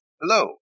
hello